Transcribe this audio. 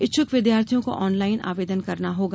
इच्छुक विद्यार्थियों को ऑनलाइन आवेदन करना होगा